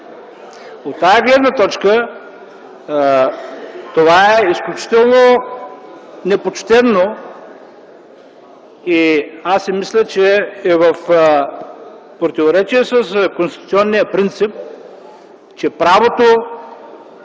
От тази гледна точка това е изключително непочтено и аз си мисля, че е в противоречие с конституционния принцип, че нуждата